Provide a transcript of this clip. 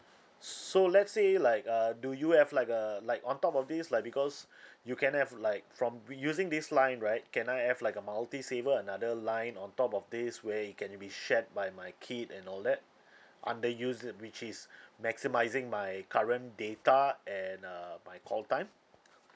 so let's say like err do you have like a like on top of this like because you can have like from we using this line right can I have like a multi saver another line on top of this where it can be shared by my kid and all that under which is maximising my current data and uh my call time